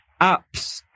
apps